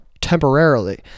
temporarily